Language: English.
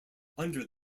under